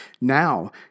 Now